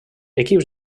equips